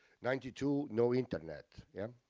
ninety two, no internet, yeah,